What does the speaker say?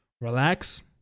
relax